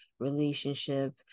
relationship